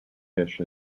fish